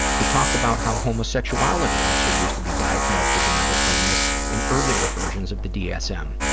we talked about how homosexuality also used to be diagnosed as a mental illness in earlier versions of the dsm.